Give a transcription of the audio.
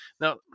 Now